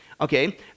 Okay